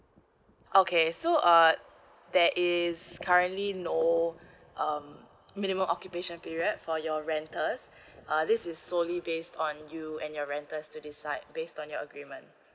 okay so uh there is currently no um minimum occupation period for your renters uh this is solely based on you and your renters to decide based on your agreement